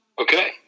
Okay